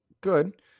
good